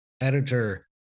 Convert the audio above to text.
editor